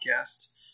Podcast